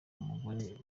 umugore